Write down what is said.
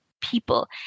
people